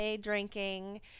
drinking